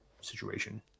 situation